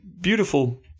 beautiful